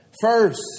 first